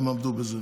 הן עמדו בזה.